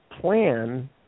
plan